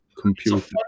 computer